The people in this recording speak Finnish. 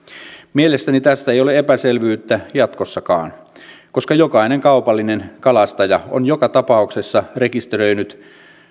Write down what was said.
mielestäni tästä ei ole epäselvyyttä jatkossakaan koska jokainen kaupallinen kalastaja on joka tapauksessa rekisteröitynyt